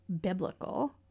biblical